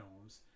films